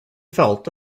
felt